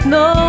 no